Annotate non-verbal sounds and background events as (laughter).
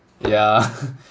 yeah (noise)